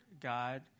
God